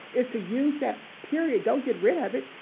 is to use that period don't get rid of it,